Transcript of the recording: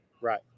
Right